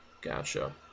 Gotcha